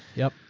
yup.